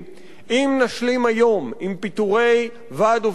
אם נשלים היום עם פיטורי ועד עובדי הרכבת,